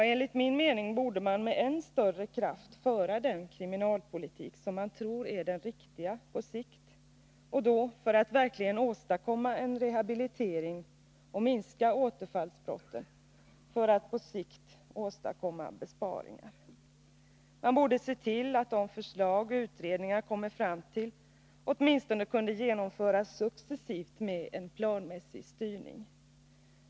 Jo, enligt min mening borde man med än större kraft föra den kriminalpolitik som man tror är den riktiga på sikt — för att verkligen åstadkomma rehabilitering och minska återfallsbrotten och på sikt åstadkomma besparingar. Man borde se till att de förslag som utredningar kommit fram till kunde genomföras åtminstone successivt med en planmässig styrning.